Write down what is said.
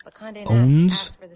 owns